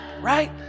right